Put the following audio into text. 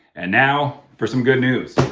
and now for some good news.